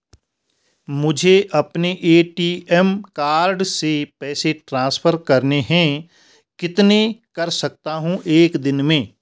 मुझे अपने ATM card से पैसे ट्रांसफर करने हैं कितने कर सकता हूँ एक दिन में?